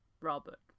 Robert